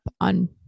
on